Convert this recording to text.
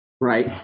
Right